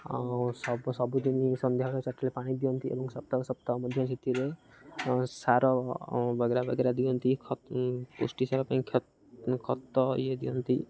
ଆଉ ସବୁ ସବୁ ଦିନି ସନ୍ଧ୍ୟାବେଳେ ଚାକରେ ପାଣି ଦିଅନ୍ତି ଏବଂ ସପ୍ତାହ ସପ୍ତାହ ମଧ୍ୟ ସେଥିରେ ସାର ବଗେରା ବଗେରା ଦିଅନ୍ତି ଖତ ପୁଷ୍ଟିସାର ପାଇଁ ଖତ ଖତ ଇଏ ଦିଅନ୍ତି